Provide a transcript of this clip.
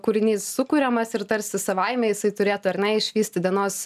kūrinys sukuriamas ir tarsi savaime jisai turėtų ar ne išvysti dienos